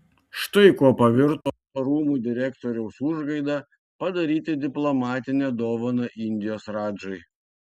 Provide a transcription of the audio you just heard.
štai kuo pavirto rūmų direktoriaus užgaida padaryti diplomatinę dovaną indijos radžai